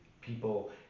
people